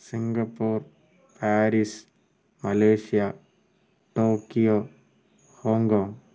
Singapore Paris Malaysia Tokyo Hong Kong